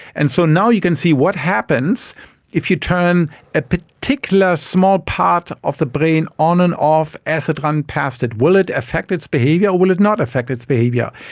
and so now you can see what happens if you turn a particular small part of the brain on and off as it runs um past it, will it affect its behaviour or will it not affect its behaviour?